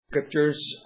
Scriptures